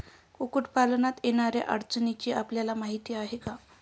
कुक्कुटपालनात येणाऱ्या अडचणींची आपल्याला माहिती आहे का?